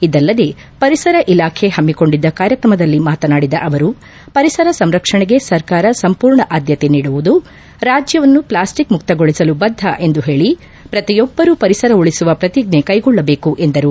ಇದಲ್ಲದೇ ಪರಿಸರ ಇಲಾಖೆ ಹಮ್ಮಿಕೊಂಡಿದ್ದ ಕಾರ್ಯಕ್ರಮದಲ್ಲಿ ಮಾತನಾಡಿದ ಅವರು ಪರಿಸರ ಸಂರಕ್ಷಣೆಗೆ ಸರ್ಕಾರ ಸಂಪೂರ್ಣ ಆದ್ಯತೆ ನೀಡುವುದು ರಾಜ್ಯವನ್ನು ಪ್ಲಾಸ್ಟಿಕ್ ಮುಕ್ತಗೊಳಸಲು ಬದ್ದ ಎಂದು ಹೇಳಿ ಪ್ರತಿಯೊಬ್ಬರೂ ಪರಿಸರ ಉಳಿಸುವ ಪ್ರತಿಜ್ಞೆ ಕೈಗೊಳ್ಳಬೇಕು ಎಂದರು